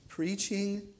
preaching